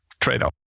trade-off